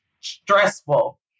stressful